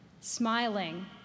smiling